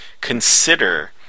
consider